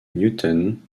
newton